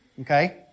Okay